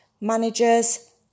managers